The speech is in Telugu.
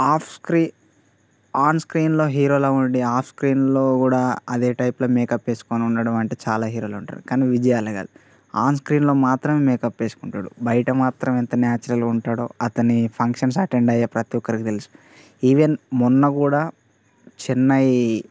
ఆఫ్ స్రీన్ ఆన్ స్క్రీన్లో హీరోలా ఉండి ఆఫ్ స్క్రీన్లో కూడా అదే టైప్లో మేకప్ వేసుకొని ఉండడం అంటే చాలా హీరోలు అంటారు కానీ విజయ్ అలా కాదు ఆన్ స్క్రీన్లో మాత్రమే మేకప్ వేసుకుంటాడు బయట మాత్రం ఎంత న్యాచురల్ గా ఉంటాడో అతని ఫంక్షన్స్ కి అటెండ్ అయ్యే ప్రతి ఒక్కరికి తెలుసు ఈవెన్ మొన్న కూడా చెన్నై